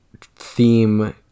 theme